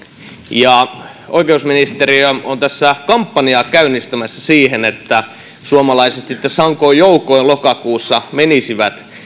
ja oikeusministeriö on kampanjaa käynnistämässä siksi että suomalaiset sitten sankoin joukoin lokakuussa menisivät